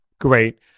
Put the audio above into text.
great